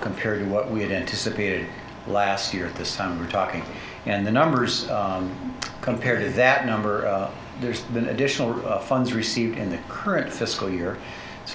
compared to what we had anticipated last year at this time we're talking and the numbers compared to that number there's been additional funds received in the current fiscal year it's